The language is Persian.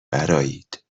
برآیید